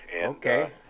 Okay